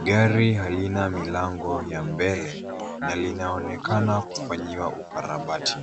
Gari halina milango ya mbele na linaonekana kufanyiwa ukarabati.